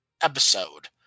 episode